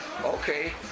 okay